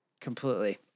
Completely